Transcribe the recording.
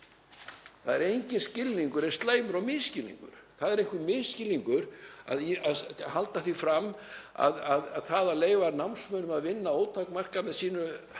Það er enginn skilningur eins slæmur og misskilningur. Það er einhver misskilningur að halda því fram að það að leyfa námsmönnum að vinna ótakmarkað með námi